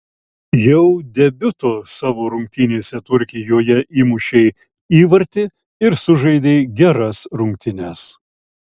jau debiuto savo rungtynėse turkijoje įmušei įvartį ir sužaidei geras rungtynes